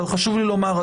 חשוב לי לומר,